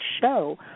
show